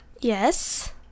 Yes